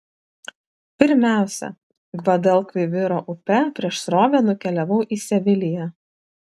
pirmiausia gvadalkviviro upe prieš srovę nukeliavau į seviliją